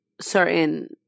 certain